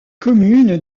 commune